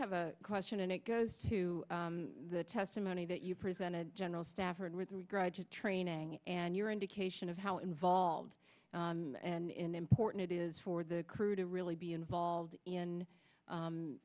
have a question and it goes to the testimony that you presented general stafford with regard to training and your indication of how involved and important it is for the crew to really be involved in